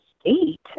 state